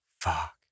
fuck